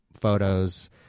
photos